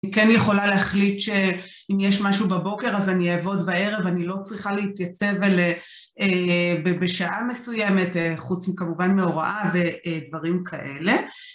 היא כן יכולה להחליט שאם יש משהו בבוקר אז אני אעבוד בערב, אני לא צריכה להתייצב בשעה מסוימת, חוץ כמובן מהוראה ודברים כאלה.